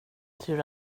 tur